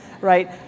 Right